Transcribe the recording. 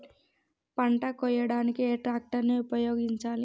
పంట కోయడానికి ఏ ట్రాక్టర్ ని ఉపయోగించాలి?